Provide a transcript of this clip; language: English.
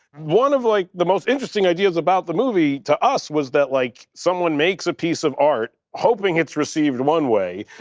one of like the most interesting ideas about the movie, to us, was that like someone makes a piece of art hoping it's received one way.